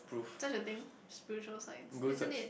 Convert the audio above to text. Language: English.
just the thing Spurious Science isn't it